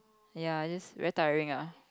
ya is just very tiring lah